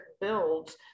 builds